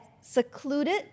secluded